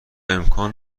امکان